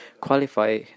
qualify